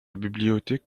bibliothèque